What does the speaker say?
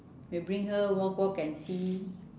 bring her walk walk and see